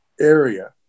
area